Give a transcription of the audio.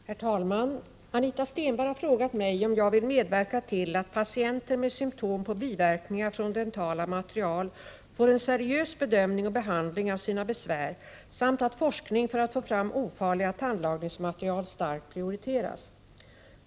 Herr talman! Anita Stenberg har frågat mig om jag vill medverka till att patienter med symptom på biverkningar från dentala material får en seriös bedömning och behandling av sina besvär samt att forskning för att få fram ofarliga tandlagningsmaterial starkt prioriteras.